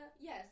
yes